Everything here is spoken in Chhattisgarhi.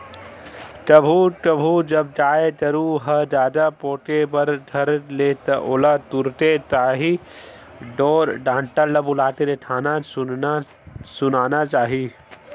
कभू कभू जब गाय गरु ह जादा पोके बर धर ले त ओला तुरते ताही ढोर डॉक्टर ल बुलाके देखाना सुनाना चाही